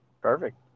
Perfect